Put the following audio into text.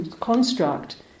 construct